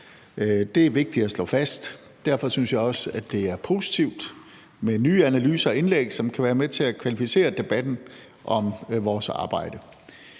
Det er vigtigt at slå fast. Derfor synes jeg også, at det er positivt med nye analyser og indlæg, som kan være med til at kvalificere debatten om vores arbejde.